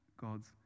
God's